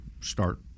start